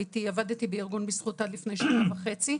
עבדתי בארגון "בזכות" עד לפני שנה וחצי.